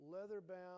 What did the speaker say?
leather-bound